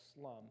slum